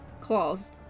claws